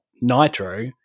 Nitro